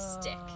Stick